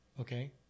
okay